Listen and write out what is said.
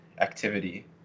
activity